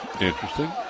Interesting